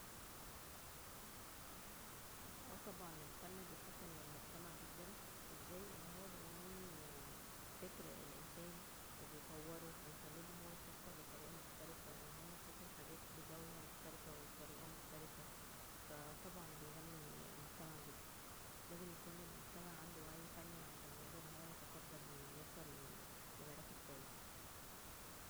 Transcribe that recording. اه طبعا الفن بيحسن من المجتمع جدا ازاي أن هو بينمي فكر الإنسان وبيطوره وبيخليه أن هو يفكر بطريقة مختلفة أو أن هو يشوف الحاجات بزاوية مختلفة وبطريقة مختلفة فا طبعا بينمي المجتمع جدا لازم يكون المجتمع عنده وعي فني عشان يقدر أن هو يتقدم ويوصل لمراكز كويسة